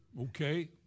okay